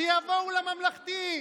שיבואו לממלכתי.